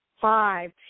five